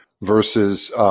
versus